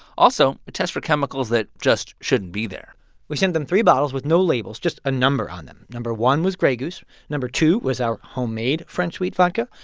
also, it tests for chemicals that just shouldn't be there we sent them three bottles with no labels just a number on them. number one was grey goose. number two was our homemade french wheat vodka.